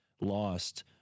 lost